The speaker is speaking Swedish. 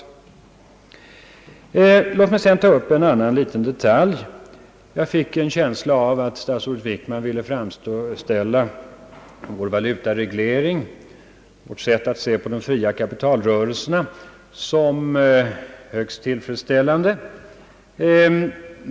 Låt mig sedan ta upp en annan liten detalj. Jag fick en känsla av att statsrådet Wickman ville framställa vår va lutareglering — vårt sätt att se på de fria kapitalrörelserna — som högst tillfredsställande.